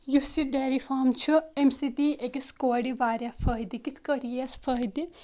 یُس یہِ dairy farm چھُ اَمہِ سۭتۍ یی أکِس کورِ واریاہ فٲیدٕ کِتھ کٲٹھۍ یِیَس فٲیدٕ